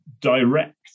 direct